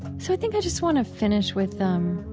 so i think i just want to finish with